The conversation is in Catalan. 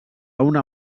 una